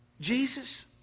Jesus